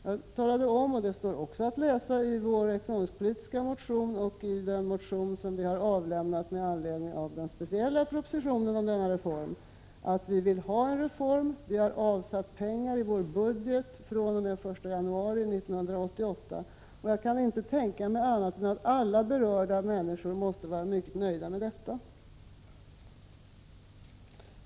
Jag talade om — och det står också att läsa i vår ekonomisk-politiska motion och i den motion som vi har avlämnat med anledning av den speciella propositionen om denna reform — att vi vill ha en reform och att vi har avsatt pengar i vår budget fr.o.m. den 1 januari 1988. Jag kan inte tänka mig annat än att alla berörda människor måste vara mycket nöjda med detta.